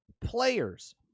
Players